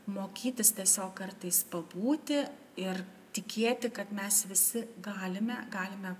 mokytis tiesiog kartais pabūti ir tikėti kad mes visi galime galime